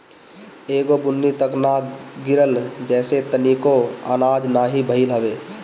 एगो बुन्नी तक ना गिरल जेसे तनिको आनाज नाही भइल हवे